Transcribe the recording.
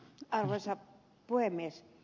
arvoisa puhemies